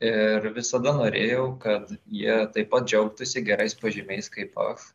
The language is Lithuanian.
ir visada norėjau kad jie taip pat džiaugtųsi gerais pažymiais kaip aš